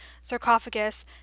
sarcophagus